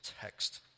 Text